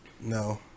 No